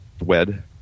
wed